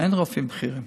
אין רופאים בכירים